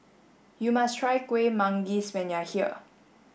you must try Kueh Manggis when you are here